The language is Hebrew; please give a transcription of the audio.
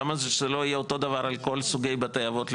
למה שזה לא יהיה אותו דבר על כל סוגי בתי אבות למיניהם,